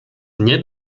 nie